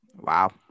Wow